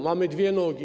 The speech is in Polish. Mamy dwie nogi.